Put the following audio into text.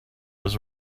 was